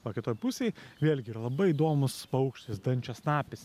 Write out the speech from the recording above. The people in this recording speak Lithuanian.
o kitoj pusėj vėlgi yra labai įdomus paukštis dančiasnapis